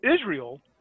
israel